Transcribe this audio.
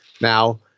Now